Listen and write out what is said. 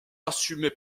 assumé